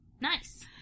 Nice